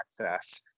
access